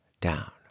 down